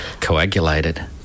Coagulated